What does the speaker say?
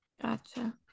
Gotcha